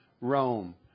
Rome